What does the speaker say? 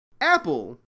Apple